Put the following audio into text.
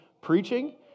preaching